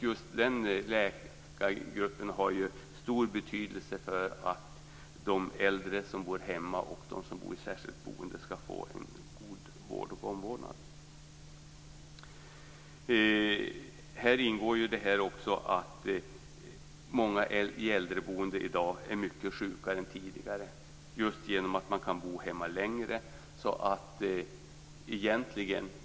Just den läkargruppen har ju stor betydelse för att de äldre som bor hemma och de som bor i särskilt boende skall få en god vård och omvårdnad. Många människor som i dag bor i äldreboende är mycket sjukare än de som tidigare bodde i äldreboende just på grund av att de kan bo hemma längre.